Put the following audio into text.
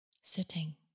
sitting